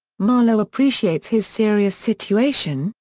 marlow appreciates his serious situation,